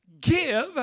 Give